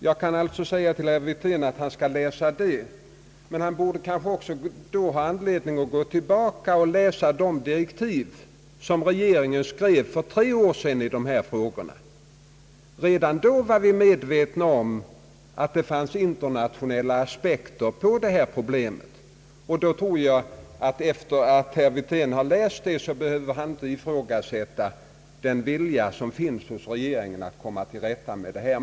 När jag ber herr Wirtén att läsa det betänkandet skall jag kanske tillägga att han då också borde ha anledning att läsa regeringens direktiv för tre år sedan till naturresursutredningen. Redan då var vi medvetna om att problemet har internationella aspekter. Sedan herr Wirtén läst de direktiven, tror jag inte att han behöver ifrågasätta regeringens vilja att komma till rätta med detta problem.